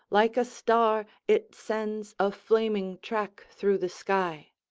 like a star, it sends a flaming track through the sky.